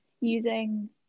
using